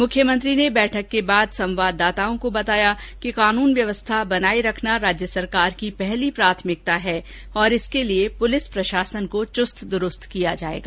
मुख्यमंत्री ने बैठक के बाद संवाददाताओं को बताया कि कानून व्यवस्था बनाये रखना राज्य सरकार की पहली प्राथमिता है और इसके लिए पुलिस प्रशासन को चुस्त किया जाएगा